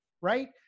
right